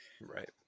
Right